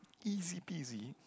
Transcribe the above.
easy peasy